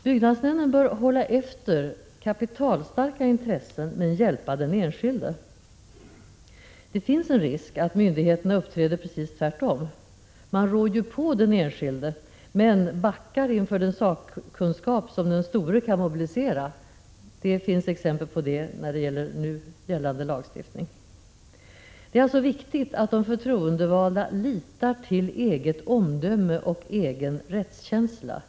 Byggnadsnämnden bör hålla efter kapitalstarka intressen men hjälpa den enskilde. Det finns en risk att myndigheterna uppträder precis tvärtom. Man ”rår på” den enskilde, men backar inför den sakkunskap som den store kan mobilisera. Det finns exempel på detta i fråga om nu gällande lagstiftning. Det är alltså viktigt att de förtroendevalda litar till eget omdöme och egen rättskänsla.